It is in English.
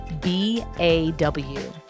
B-A-W